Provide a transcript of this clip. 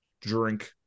drink